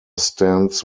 stands